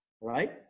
Right